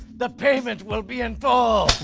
the payment will be in full.